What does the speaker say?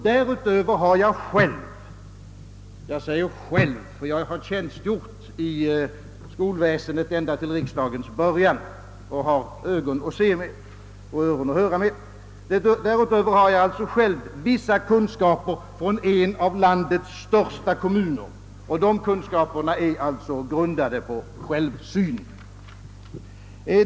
Därutöver har jag själv — jag säger själv, eftersom jag har tjänstgjort i skolväsendet ända till riksdagens början och har ögon att se med och öron att höra med — vissa kunskaper om en av landets största kommuner, och des sa kunskaper är alltså grundade på självsyn.